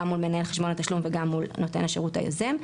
גם מול מנהל חשבון התשלום וגם מול נותן השירות היוזם,